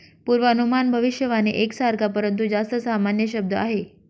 पूर्वानुमान भविष्यवाणी एक सारखा, परंतु जास्त सामान्य शब्द आहे